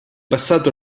passato